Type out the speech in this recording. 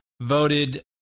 voted